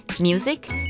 Music